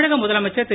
தமிழக முதலமைச்சர் திரு